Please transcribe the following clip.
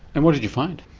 and what did you find?